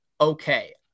okay